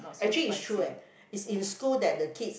actually it's true leh it's in school that the kids